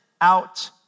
out